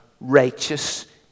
righteous